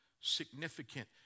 significant